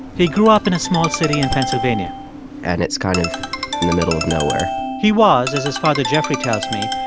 he grew up in a small city in pennsylvania and it's kind of in the middle of nowhere he was, as his father, jeffrey, tells me,